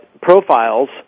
profiles